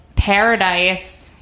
Paradise